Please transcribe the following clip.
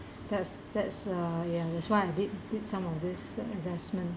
that's that's a ya that's why I did did some of this investment